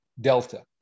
Delta